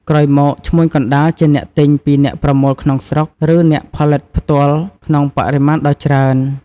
ក្រោយមក ឈ្មួញកណ្តាល ជាអ្នក ទិញ ពីអ្នកប្រមូលក្នុងស្រុក ឬអ្នកផលិតផ្ទាល់ក្នុងបរិមាណដ៏ច្រើន។